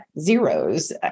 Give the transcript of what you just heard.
zeros